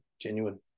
genuine